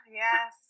yes